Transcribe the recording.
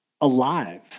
alive